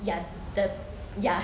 ya the ya